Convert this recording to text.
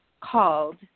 called